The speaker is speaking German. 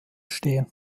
stehen